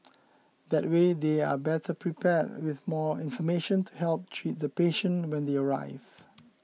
that way they are better prepared with more information to help treat the patient when they arrive